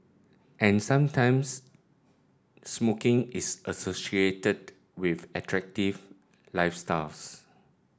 and sometimes smoking is associated with attractive lifestyles